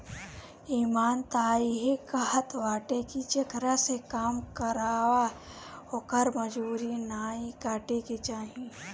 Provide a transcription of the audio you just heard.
इमान तअ इहे कहत बाटे की जेकरा से काम करावअ ओकर मजूरी नाइ काटे के चाही